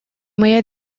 моя